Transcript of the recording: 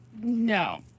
No